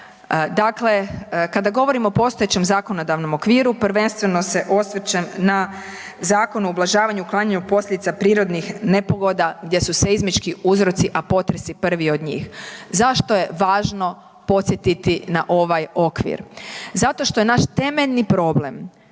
Dakle, kada govorimo o postojećem zakonodavnom okviru prvenstveno se osvrćem na Zakon o ublažavanju i uklanjanju posljedica prirodnih nepogoda gdje su seizmički uzroci, a potres je prvi od njih. Zašto je važno podsjetiti na ovaj okvir? Zato što je naš temeljni problem